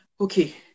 okay